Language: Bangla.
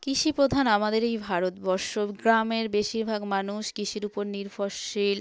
কৃষিপ্রধান আমাদের এই ভারতবর্ষ গ্রামের বেশিরভাগ মানুষ কৃষির উপর নির্ভরশীল